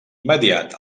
immediat